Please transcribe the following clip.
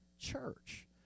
church